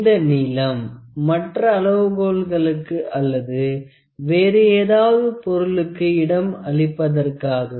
இந்த நீளம் மற்ற அளவுகோல்களுக்கு அல்லது வேறு ஏதாவது பொருளுக்கு இடம் அளிப்பதற்காகவே